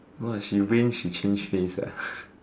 orh she rain she change face ah